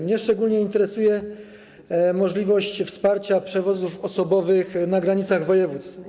Mnie szczególnie interesuje możliwość wsparcia przewozów osobowych na granicach województw.